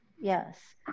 yes